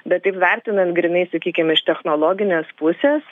bet taip vertinant grynai sakykim iš technologinės pusės